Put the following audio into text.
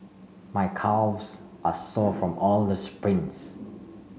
my calves are sore from all the sprints